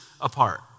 apart